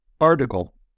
article